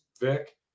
vic